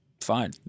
fine